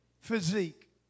physique